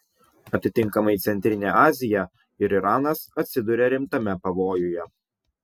atitinkamai centrinė azija ir iranas atsiduria rimtame pavojuje